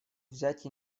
взять